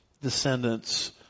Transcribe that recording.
descendants